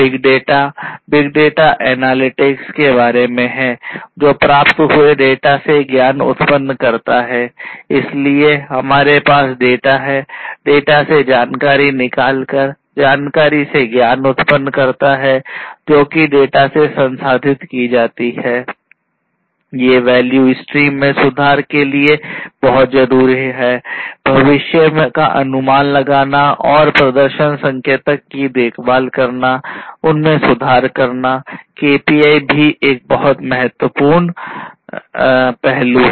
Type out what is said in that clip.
big data big data analytics में सुधार के लिए बहुत जरूरी है भविष्य का अनुमान लगाना और प्रदर्शन संकेतक की देखभाल करना उनमें सुधार करना KPI भी एक बहुत महत्वपूर्ण पहलू है